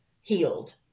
healed